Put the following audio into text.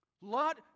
Lot